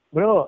Bro